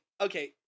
okay